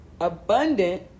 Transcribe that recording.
abundant